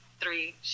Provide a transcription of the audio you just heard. three